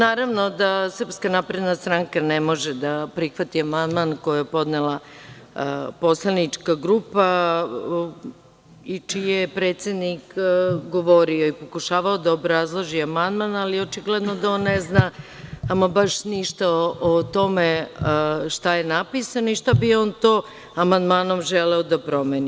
Naravno da SNS ne može da prihvati amandman koji je podnela poslanička grupa i čiji je predsednik govorio i pokušavao da obrazloži amandman, ali očigledno da on ne zna baš ništa o tome šta je napisano i šta bi on to amandmanom želeo da promeni.